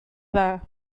dda